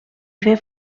fer